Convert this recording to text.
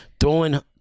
throwing